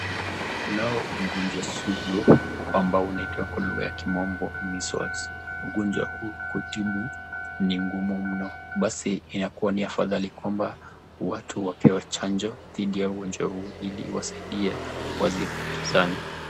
Kuna ugonjwa sugu ambao unaitwa kwa lugha ya kimombo "measles" . Ugonjwa huu kutibu ni ngumu mno. Basi inakuwa ni afadhali kwamba watu wapewe chanjo dhidi ya ugonjwa huu ili iwasaidie waweze kukizane.